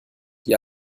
die